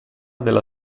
della